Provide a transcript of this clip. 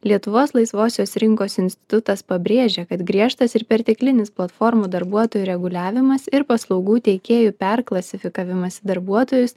lietuvos laisvosios rinkos institutas pabrėžia kad griežtas ir perteklinis platformų darbuotojų reguliavimas ir paslaugų teikėjų perklasifikavimas į darbuotojus